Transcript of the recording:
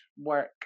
work